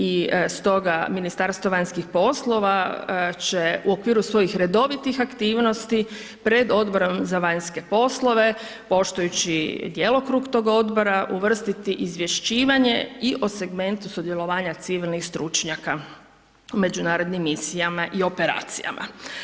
I stoga Ministarstvo vanjskih poslova će u okviru svojih redovitih aktivnosti pred Odborom za vanjske poslove, poštujući djelokrug toga Odbora, uvrstiti izvješćivanje i o segmentu sudjelovanja civilnih stručnjaka u Međunarodnim misijama i operacijama.